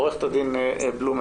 עורכת הדין בלומנפלד-מגד.